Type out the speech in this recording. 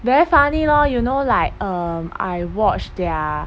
very funny lor you know like um I watch their